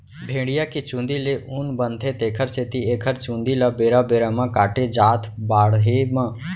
भेड़िया के चूंदी ले ऊन बनथे तेखर सेती एखर चूंदी ल बेरा बेरा म काटे जाथ बाड़हे म